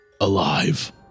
alive